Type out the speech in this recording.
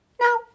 Now